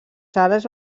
sales